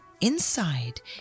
Inside